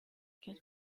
les